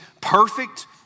perfect